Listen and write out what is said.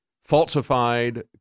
falsified